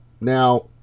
now